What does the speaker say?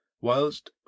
whilst